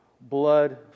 Blood